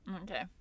Okay